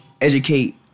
educate